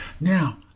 Now